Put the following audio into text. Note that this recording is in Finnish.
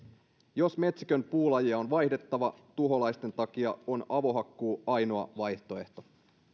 jos metsikön puulajeja on vaihdettava tuholaisten takia on avohakkuu ainoa vaihtoehto